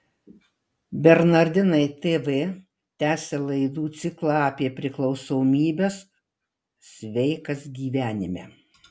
bernardinai tv tęsia laidų ciklą apie priklausomybes sveikas gyvenime